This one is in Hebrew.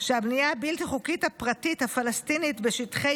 שהבנייה הבלתי-חוקית הפרטית הפלסטינית בשטחי